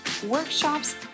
workshops